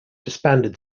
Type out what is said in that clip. disbanded